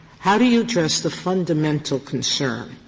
how do you address the fundamental concern,